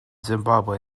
zimbabwe